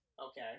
okay